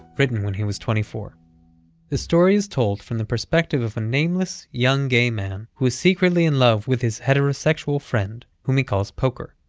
written when he was twenty-four the story is told from the perspective of a nameless, young gay man, who is secretly in love with his heterosexual friend, whom he calls poker.